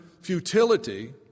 futility